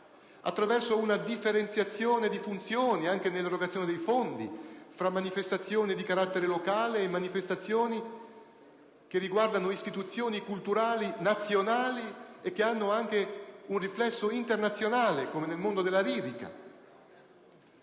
attraverso una differenziazione di funzioni anche nell'erogazione dei fondi, tra manifestazioni di carattere locale e manifestazioni che riguardano istituzioni culturali nazionali che hanno anche un riflesso internazionale, come nel mondo della lirica.